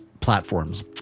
platforms